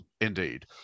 indeed